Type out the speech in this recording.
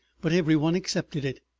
but every one accepted it.